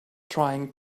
trying